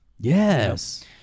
Yes